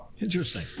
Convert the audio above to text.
interesting